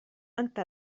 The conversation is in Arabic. أنت